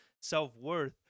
self-worth